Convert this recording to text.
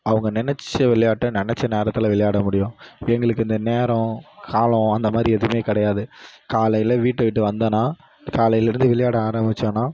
அவங்க நினச்ச விளையாட்டை நினச்ச நேரத்தில் விளையாட முடியும் எங்களுக்கு இந்த நேரம் காலம் அந்தமாதிரி எதுவுமே கிடையாது காலையில் வீட்டை விட்டு வந்தேன்னால் காலையிலிருந்து விளையாட ஆரம்பித்தோன்னா